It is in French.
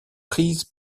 prise